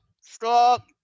Stop